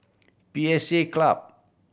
P S A Club